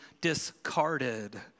discarded